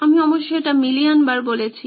আমি অবশ্য এটা মিলিয়ন বার বলেছি